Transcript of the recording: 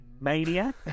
maniac